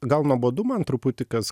gal nuobodu man truputį kas